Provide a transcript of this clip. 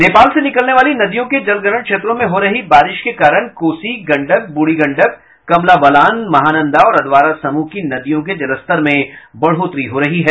नेपाल से निकलने वाली नदियों के जलग्रहण क्षेत्रों में हो रही बारिश के कारण कोसी गंडक ब्रूढ़ी गंडक कमलाबलान महानंदा और अधवारा समूह की नदियों के जलस्तर में बढ़ोतरी हो रही है